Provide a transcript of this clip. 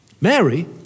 Mary